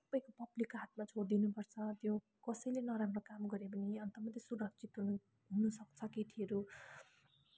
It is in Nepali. सबै पब्लिकको हातमा छोडदिनुपर्छ त्यो कसैले नराम्रो काम गर्यो भने अन्त मात्रै सुरक्षित हुनु हुनुसक्छ केटीहरू